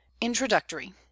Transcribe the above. Introductory